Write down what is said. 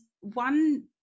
one